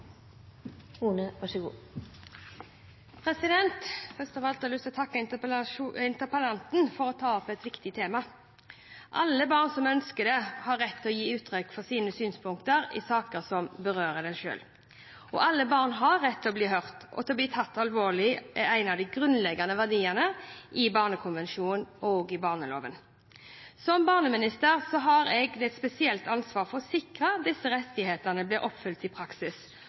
Først av alt har jeg lyst til å takke interpellanten for å ta opp et viktig tema. Alle barn som ønsker det, har rett til å gi uttrykk for sine synspunkter i saker som berører dem selv. Alle barns rett til å bli hørt og til å bli tatt alvorlig er en av de grunnleggende verdiene i barnekonvensjonen og i barneloven. Som barneminister har jeg et spesielt ansvar for å sikre at disse rettighetene blir oppfylt i praksis,